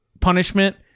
punishment